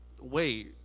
wait